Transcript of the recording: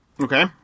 Okay